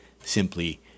simply